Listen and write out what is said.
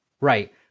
Right